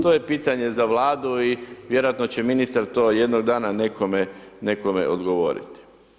To je pitanje za Vladu i vjerojatno će ministar to jednoga dana nekome, nekome odgovoriti.